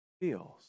feels